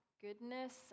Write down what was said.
goodness